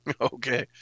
okay